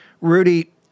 Rudy